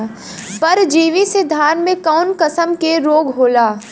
परजीवी से धान में कऊन कसम के रोग होला?